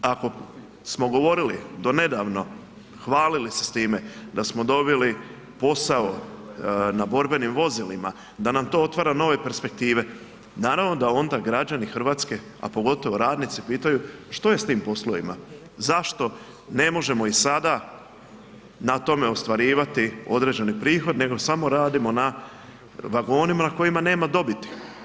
Ako smo govorili do nedavno, hvalili se s time da smo dobili posao na borbenim vozilima, da nam to otvara nove perspektive, naravno da onda građani Hrvatske, a pogotovo radnici pitaju što je s tim poslovima, zašto ne možemo i sada na tome ostvarivati određeni prihod, nego samo radimo na vagonima na kojima nema dobiti.